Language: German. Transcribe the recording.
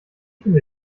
viele